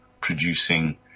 producing